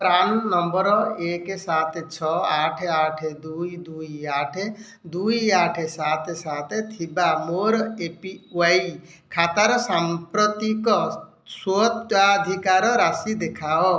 PRAN number ଏକ ସାତ ଛଅ ଆଠ ଆଠ ଦୁଇ ଦୁଇ ଆଠ ଦୁଇ ଆଠ ସାତ ସାତ ଥିବା ମୋର ଏ ପି ୱାଇ ଖାତାର ସାମ୍ପ୍ରତିକ ସ୍ୱତ୍ୱାଧିକାର ରାଶି ଦେଖାଅ